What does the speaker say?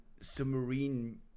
submarine